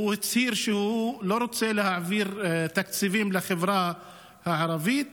הוא הצהיר שהוא לא רוצה להעביר תקציבים לחברה הערבית.